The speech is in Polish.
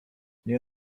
nie